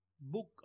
book